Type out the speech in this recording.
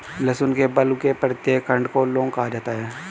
लहसुन के बल्ब के प्रत्येक खंड को लौंग कहा जाता है